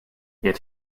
yet